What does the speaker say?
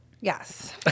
yes